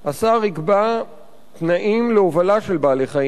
השר יקבע תנאים להובלה של בעלי-חיים,